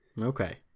Okay